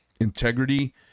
integrity